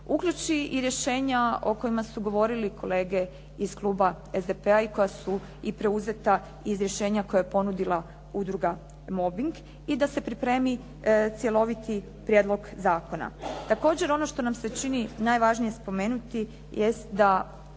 uključi i rješenja o kojima su govorili kolege iz kluba SDP-a i koja su preuzeta iz rješenja koje je ponudila Udruga mobing i da se primijeni cjeloviti prijedlog zakona. Također ono što nam se čini najvažnije spomenuti jest da